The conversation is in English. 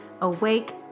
Awake